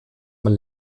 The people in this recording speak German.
man